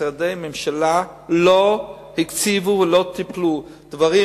משרדי ממשלה לא הקציבו להם ולא טיפלו: דברים,